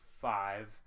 five